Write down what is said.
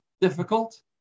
difficult